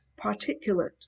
particulate